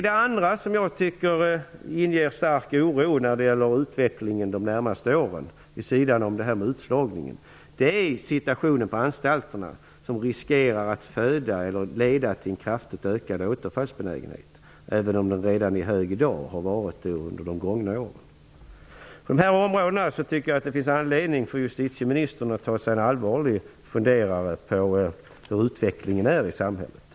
Det andra som inger stark oro när det gäller utvecklingen de närmaste åren, vid sidan om utslagningen, är alltså situationen på anstalterna som riskerar att leda till en kraftigt ökad återfallsbenägenhet. Den är hög redan i dag och har varit det under de gångna åren. På det här området tycker jag att det finns anledning för justitieministern att ta sig en allvarlig funderare på hur utvecklingen är i samhället.